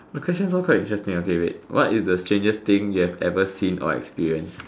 my questions all quite interesting okay wait what is the strangest thing you have ever seen or experienced